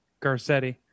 Garcetti